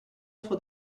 for